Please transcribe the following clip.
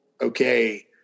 okay